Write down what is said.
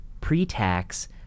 pre-tax